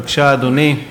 בבקשה, אדוני,